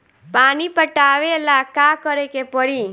पानी पटावेला का करे के परी?